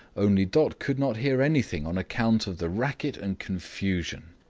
only dot could not hear anything on account of the racket and confusion.